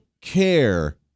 care